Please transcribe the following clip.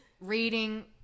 reading